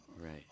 Right